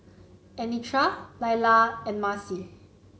Anitra Laila and Maci